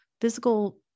physical